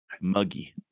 muggy